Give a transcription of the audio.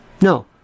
No